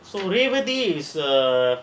so Revathi is a